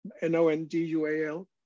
n-o-n-d-u-a-l